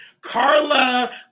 Carla